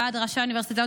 ועד ראשי האוניברסיטאות,